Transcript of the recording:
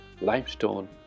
limestone